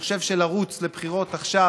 אני חושב שלרוץ לבחירות עכשיו